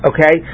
Okay